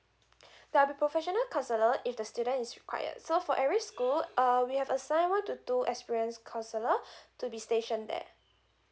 there'll be professional counsellor if the student is required so for every school uh we have assigned one to two experienced counsellor to be stationed there